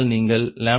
36 PL 32